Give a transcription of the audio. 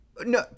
no